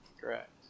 Correct